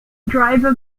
driver